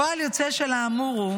"פועל יוצא של האמור הוא